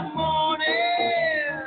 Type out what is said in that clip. morning